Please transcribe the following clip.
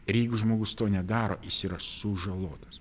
ir jeigu žmogus to nedaro jis yra sužalotas